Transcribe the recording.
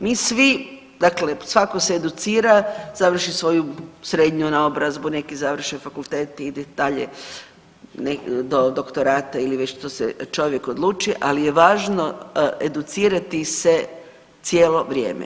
Mi svi dakle, svatko se educira, završi svoju srednju naobrazbu, neki završe fakultet, ide dalje, do doktorata ili već što se čovjek odluči, ali je važno educirati se cijelo vrijeme.